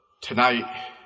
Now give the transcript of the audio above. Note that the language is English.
tonight